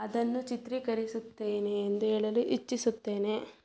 ಅದನ್ನು ಚಿತ್ರೀಕರಿಸುತ್ತೇನೆ ಎಂದು ಹೇಳಲು ಇಚ್ಛಿಸುತ್ತೇನೆ